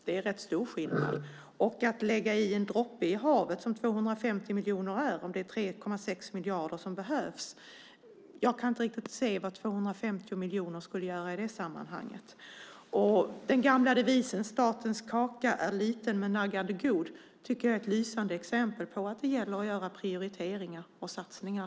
Jag kan inte riktigt se vad 250 miljoner skulle göra i det här sammanhanget. Det är som att lägga i en droppe i havet om det är 3,6 miljarder som behövs. Den gamla devisen om att statens kaka är liten men naggande god tycker jag är ett lysande exempel på att det gäller att göra prioriteringar och satsningar.